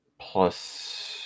plus